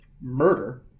murder